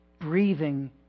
Breathing